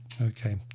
Okay